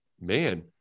man